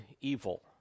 evil